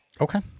okay